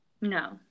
No